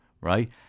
right